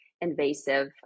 invasive